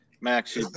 max